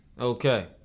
Okay